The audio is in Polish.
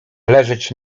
leżeć